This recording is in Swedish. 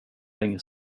länge